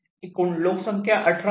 एकूण लोकसंख्या 1800आहे